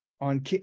on